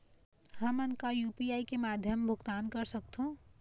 हमन का यू.पी.आई के माध्यम भुगतान कर सकथों?